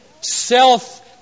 self